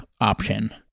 option